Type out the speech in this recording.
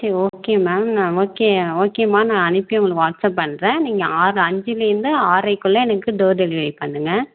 சரி okay ma'am நான் okay ஓகேம்மா நான் அனுப்பி ஒன்று வாட்ஸ்ஸப் பண்ணுறேன் நீங்கள் ஆறு அஞ்சிலேருந்து ஆரறைக்குள்ள எனக்கு டோர் டெலிவரி பண்ணுங்க